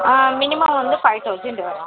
minimum வந்து five thousand வரும்